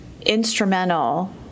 instrumental